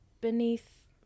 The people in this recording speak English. beneath